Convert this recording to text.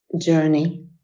journey